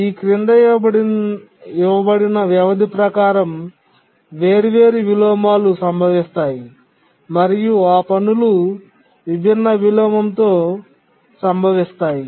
ఈ క్రింద ఇవ్వబడిన వ్యవధి ప్రకారం వేర్వేరు విలోమాలు సంభవిస్తాయి మరియు ఆ పనులు విభిన్న విలోమం తో సంభవిస్తాయి